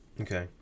Okay